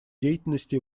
деятельности